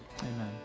Amen